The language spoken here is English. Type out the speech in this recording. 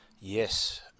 Yes